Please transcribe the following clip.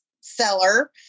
seller